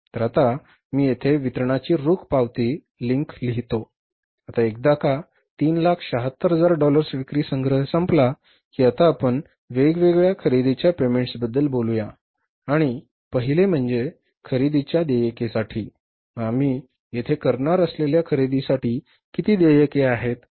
तर आता मी येथे वितरणाची रोख पावती लिंक लिहितो आता एकदा का 376000 डॉलर्स विक्री संग्रह संपला की आता आपण वेगवेगळ्या खरेदीच्या पेमेंट्सबद्दल बोलुया आणि पहिले म्हणजे खरेदीच्या देयकेसाठी मग आम्ही येथे करणार असलेल्या खरेदीसाठी किती देयके आहेत